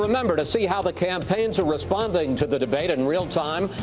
remember, to see how the campaigns are responding to the debate in real time,